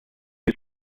use